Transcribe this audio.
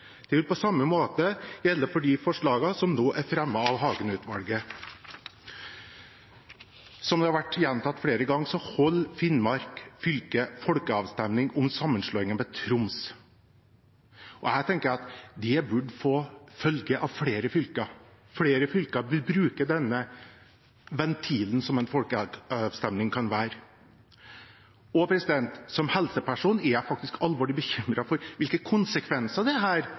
samme vil gjelde de forslagene som nå er fremmet av Hagen-utvalget. Som det har vært gjentatt flere ganger, holder Finnmark fylke folkeavstemning om sammenslåingen med Troms. Jeg tenker at det burde få følge av flere fylker. Flere fylker bør bruke denne ventilen som en folkeavstemning kan være. Og som helseperson er jeg faktisk alvorlig bekymret for hvilke konsekvenser det